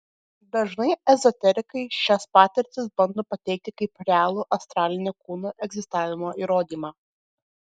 dažnai ezoterikai šias patirtis bando pateikti kaip realų astralinio kūno egzistavimo įrodymą